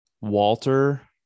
Walter